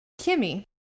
Kimmy